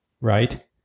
right